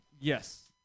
Yes